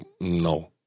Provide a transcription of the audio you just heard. no